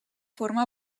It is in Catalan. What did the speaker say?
forma